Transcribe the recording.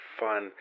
fun